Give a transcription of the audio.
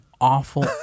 awful